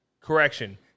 Correction